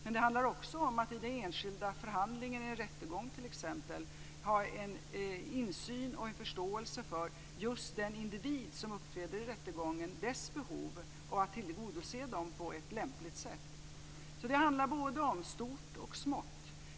Men det handlar också om att det i den enskilda förhandlingen, i en rättegång t.ex., ha en insyn och en förståelse för behoven just hos den individ som uppträder i rättegången och att tillgodose dem på ett lämpligt sätt. Det handlar alltså både om stort och om smått.